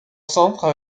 centre